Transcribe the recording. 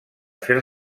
fer